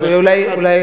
אולי